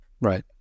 Right